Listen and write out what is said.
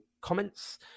comments